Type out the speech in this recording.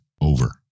over